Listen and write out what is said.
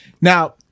now